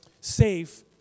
safe